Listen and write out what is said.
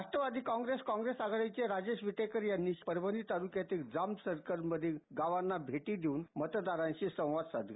राष्ट्रवादी काँग्रेस काँग्रेस महाआघाडीचे राजेश विटेकर यांनी परभणी ताल्रक्यातील जांब सर्कल मधील गावांना भेटी देऊन मतदारांशी संवाद साधला